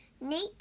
Nate